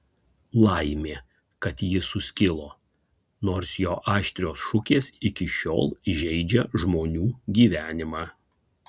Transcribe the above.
laimė kad ji suskilo nors jo aštrios šukės iki šiol žeidžia žmonių gyvenimą